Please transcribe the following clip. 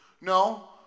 no